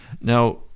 Now